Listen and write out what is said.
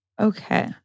Okay